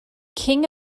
king